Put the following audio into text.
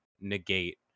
negate